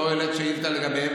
לא העלית שאילתה לגביהן,